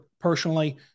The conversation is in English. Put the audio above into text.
personally